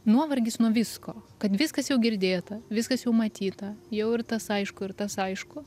nuovargis nuo visko kad viskas jau girdėta viskas jau matyta jau ir tas aišku ir tas aišku